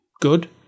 good